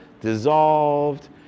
dissolved